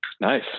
Nice